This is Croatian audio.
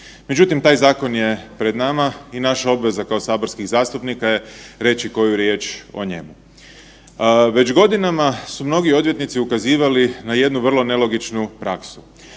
Međutim, taj zakon je pred nama i naša obveza kao saborskih zastupnika je reći koju riječ o njemu. Već godinama su mnogi odvjetnici ukazivali na jednu vrlo nelogičnu praksu,